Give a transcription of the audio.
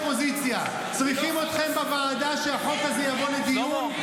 אופוזיציה ------- צריכים אתכם בוועדה שהחוק הזה יבוא לדיון,